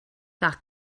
that